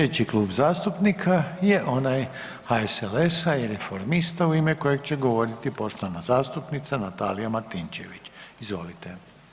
Slijedeći Klub zastupnika je onaj HSLS-a i Reformista u ime kojeg će govoriti poštovana zastupnica Natalija Martinčević, izvolite.